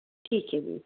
ਠੀਕ ਐ ਜੀ